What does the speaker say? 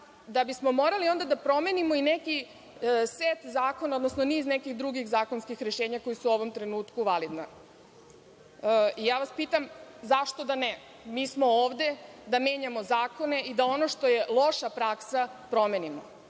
da bismo morali da promenimo neki set zakona, odnosno niz nekih drugih zakonskih rešenja koji su u ovom trenutku validni. Ja vas pitam – zašto da ne? Mi smo ovde da menjamo zakone i da ono što je loša praksa promenimo. Ne